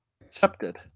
Accepted